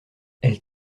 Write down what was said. elle